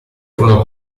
furono